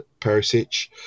Perisic